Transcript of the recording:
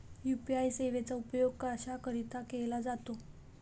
UPI सेवेचा उपयोग कशाकरीता केला जातो?